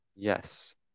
Yes